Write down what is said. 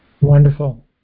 wonderful